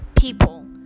people